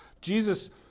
Jesus